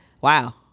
wow